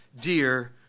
dear